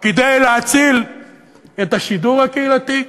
כדי להציל את השידור הקהילתי.